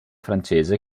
francese